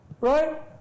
Right